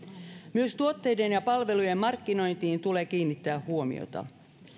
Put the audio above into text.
myös tuotteiden ja palvelujen markkinointiin tulee kiinnittää huomiota